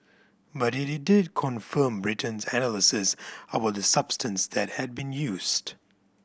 but it did confirm Britain's analysis about the substance that had been used